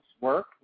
work